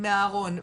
מהארון,